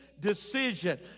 decision